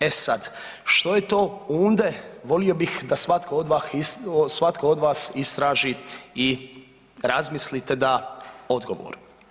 E sad što je to „unde“ volio bih da svatko od vas istraži i razmislite i da odgovor.